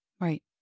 Right